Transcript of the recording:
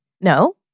No